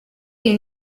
iyi